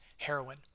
heroin